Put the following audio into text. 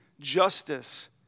justice